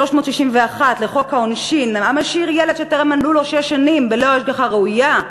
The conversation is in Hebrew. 361 לחוק העונשין: המשאיר ילד שטרם מלאו לו שש שנים בלא השגחה ראויה,